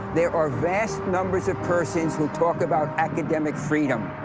there are vast numbers of persons who talk about academic freedom,